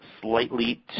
slightly